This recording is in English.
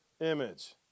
image